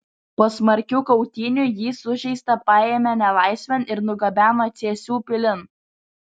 po smarkių kautynių jį sužeistą paėmė nelaisvėn ir nugabeno cėsių pilin